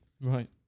Right